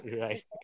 Right